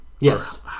Yes